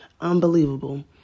Unbelievable